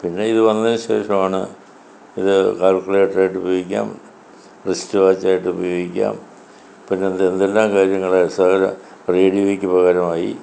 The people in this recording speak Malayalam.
പിന്നെ ഇത് വന്നതിന് ശേഷമാണ് ഇത് ക്യാൽക്കുലേറ്റർ ആയിട്ട് ഉപയോഗിക്കാം റിസ്റ്റ് വാച്ചായിട്ട് ഉപയോഗിക്കാം പിന്നെ എന്താണ് എന്തെലാം കാര്യങ്ങൾ റേഡിയോയ്ക്ക് പകരമായി